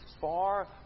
far